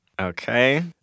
Okay